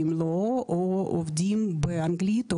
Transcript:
אלא אם כן עובדים באנגלית,